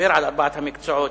שדיבר על ארבעת המקצועות,